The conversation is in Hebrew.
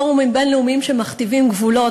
פורומים בין-לאומיים שמכתיבים גבולות